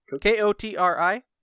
Kotri